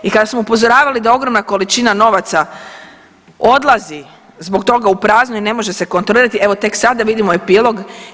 I kada smo upozoravali da ogromna količina novaca odlazi zbog toga u prazno i ne može se kontrolirati, evo tek sada vidimo epilog.